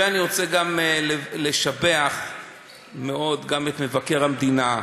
ואני רוצה גם לשבח מאוד את מבקר המדינה,